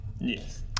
yes